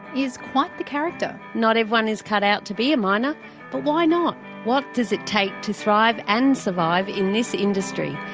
is quite the character. not everyone is cut out to be a miner but why not. what does it take to thrive and survive in this industry.